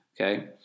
okay